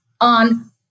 on